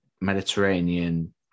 mediterranean